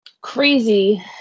crazy